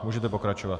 Můžete pokračovat.